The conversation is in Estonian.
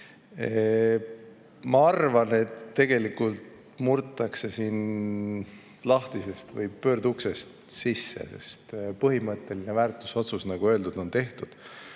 Ma arvan, et tegelikult murtakse siin sisse lahtisest või pöörduksest, sest põhimõtteline väärtusotsus, nagu öeldud, on tehtud.